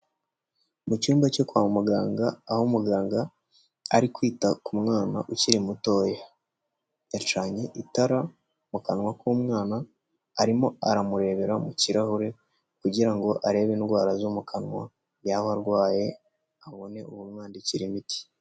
Mu cyumba cyo kwa muganga aho umuganga ari kwita ku mwana ukiri mutoya, yacanye itara mu kanwa k'umwana arimo aramurebera mu kirahure kugirango arebe indwara zo mu kanwa yaba arwaye abone uwumwandikira imiti.